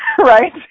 right